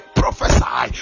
prophesy